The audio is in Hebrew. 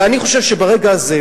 ואני חושב שברגע הזה,